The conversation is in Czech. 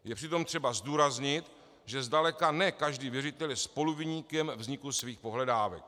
Je přitom třeba zdůraznit, že zdaleka ne každý věřitel je spoluviníkem vzniku svých pohledávek.